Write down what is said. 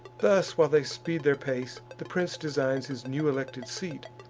thus while they speed their pace, the prince designs his new-elected seat,